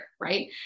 right